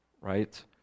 Right